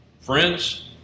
Friends